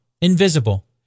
invisible